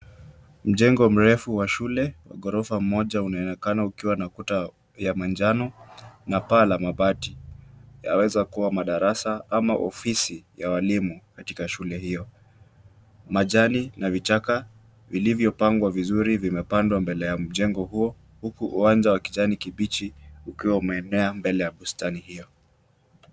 Mjengo mrefu wa shule wa ghorofa moja unaonekana ukiwa na kuta ya manjano na paa la mabati. Yawezakuwa madarasa ama ofisi ya walimu katika shule hio. Majani na vichaka vilivyopangwa vizuri vimepandwa mbele ya mjengo huo huku uwanja wa kijani kibichi ukiwa umeenea mbele ya bustani hio.